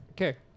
Okay